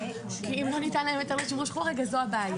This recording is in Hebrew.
כי אם לא ניתן להם היתר לשימוש חורג, אז זו הבעיה.